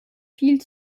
viel